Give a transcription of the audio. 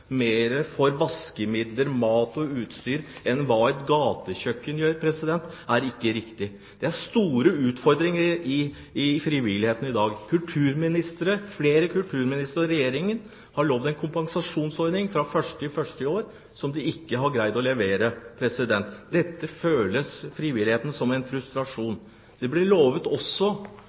for vaskemidler, mat og utstyr enn det et gatekjøkken gjør, er ikke riktig. Det er store utfordringer for frivilligheten i dag. Flere kulturministre og Regjeringen har lovet en kompensasjonsordning fra 1. januar i år som de ikke har greid å levere. Dette føles frustrerende for frivilligheten. Det ble også lovet